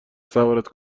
سوارت